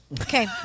Okay